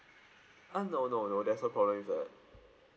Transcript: ah no no no that's no problem with that